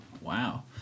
Wow